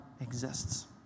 exists